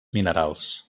minerals